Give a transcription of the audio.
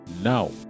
now